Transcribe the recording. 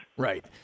Right